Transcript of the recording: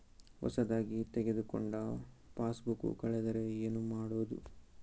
ಹೊಸದಾಗಿ ತೆಗೆದುಕೊಂಡ ಪಾಸ್ಬುಕ್ ಕಳೆದರೆ ಏನು ಮಾಡೋದು?